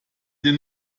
den